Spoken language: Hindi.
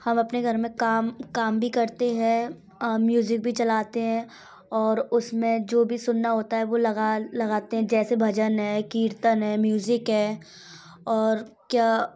हम अपने घर मे काम काम भी करते है म्यूज़िक भी चलाते हैं और उस में जो भी सुनना होता है वो लगा लगाते हैं जैसे भजन है कीर्तन है म्यूज़िक है और क्या